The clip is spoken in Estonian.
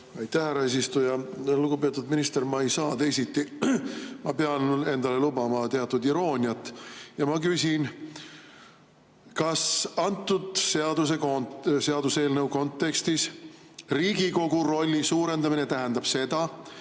Aitäh, härra eesistuja! Lugupeetud minister! Ma ei saa teisiti, vaid pean endale lubama teatud irooniat. Ma küsin: kas selle seaduseelnõu kontekstis Riigikogu rolli suurendamine tähendab seda,